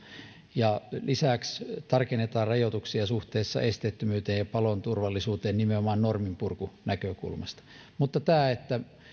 ja lisäksi tarkennetaan rajoituksia suhteessa esteettömyyteen ja paloturvallisuuteen nimenomaan norminpurkunäkökulmasta mutta tämä että